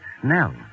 Snell